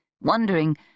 Wondering